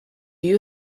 you